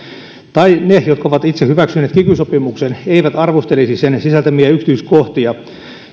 tai ne jotka ovat itse hyväksyneet kiky sopimuksen eivät arvostelisi sen sisältämiä yksityiskohtia